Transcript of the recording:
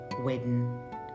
wedding